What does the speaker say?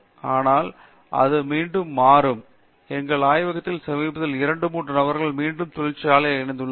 ஆனால் அது மீண்டும் மாறும் எங்கள் ஆய்வகத்தில் சமீபத்தில் 2 3 நபர்கள் மீண்டும் தொழிற்துறையில் இணைந்துள்ளோம்